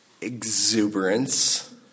exuberance